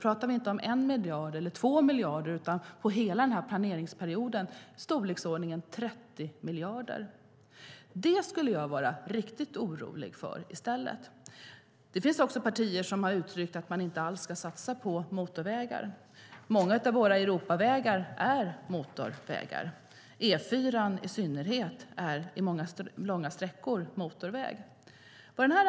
Vi talar inte om 1 eller 2 miljarder, utan för hela planeringsperioden handlar det om i storleksordningen 30 miljarder. Det finns också partier som har uttryckt att man inte alls ska satsa på motorvägar. Många av våra Europavägar är motorvägar.